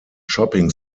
shopping